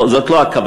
לא, זאת לא הכוונה.